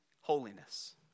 Holiness